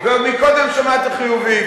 ועוד מקודם שמעתי "חיובי",